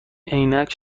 عینک